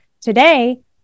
Today